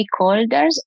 stakeholders